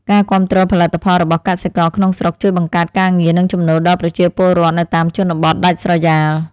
ការគាំទ្រផលិតផលរបស់កសិករក្នុងស្រុកជួយបង្កើតការងារនិងចំណូលដល់ប្រជាពលរដ្ឋនៅតាមជនបទដាច់ស្រយាល។